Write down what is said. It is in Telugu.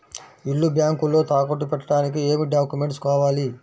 ఇల్లు బ్యాంకులో తాకట్టు పెట్టడానికి ఏమి డాక్యూమెంట్స్ కావాలి?